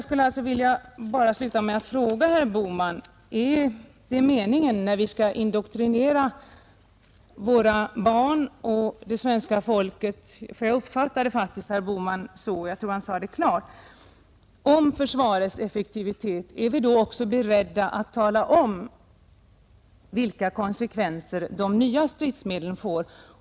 Slutligen vill jag fråga herr Bohman: När vi skall indoktrinera våra barn och det svenska folket — jag tror herr Bohman klart uttryckte sig så, åtminstone uppfattade jag honom så — om försvarets effektivitet, är vi då också beredda att tala om vilka konsekvenser de nya stridsmedlen får?